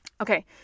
Okay